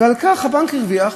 ועל כך הבנק הרוויח,